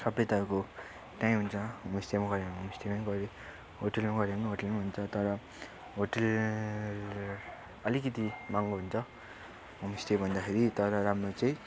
सबै तपाईँको त्यहीँ हुन्छ होमस्टेमा गऱ्यो भने होमस्टेमै गऱ्यो होटेलमा गऱ्यो भने होटेलमै हुन्छ तर होटल अलिकति महँगो हुन्छ होमस्टेभन्दाखेरि तर राम्रो चाहिँ